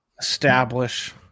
establish